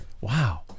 Wow